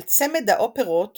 על צמד האופרות